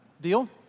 Deal